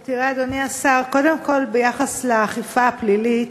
תראה, אדוני השר, קודם כול ביחס לאכיפה הפלילית,